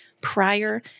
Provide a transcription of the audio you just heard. prior